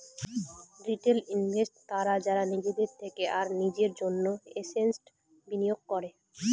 retail investors তারা যারা নিজের থেকে আর নিজের জন্য এসেটস বিনিয়োগ করে